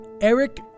Eric